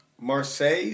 Marseille